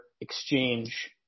exchange